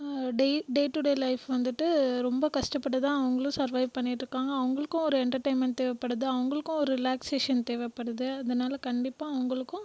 day day to day லைஃபில் வந்துட்டு ரொம்ப கஷ்டப்பட்டு தான் அவர்களும் சர்வைவ் பண்ணிகிட்டு இருக்காங்க அவர்களுக்கும் ஒரு என்டர்டெய்ன்மெண்ட் தேவைப்படுது அவர்களுக்கு ஒரு ரிலாக்க்ஷேஷன் தேவைப்படுது அதனால் கண்டிப்பாக அவர்களுக்கும்